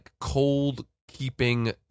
cold-keeping